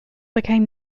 became